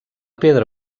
pedra